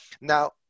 Now